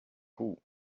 coup